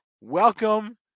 welcome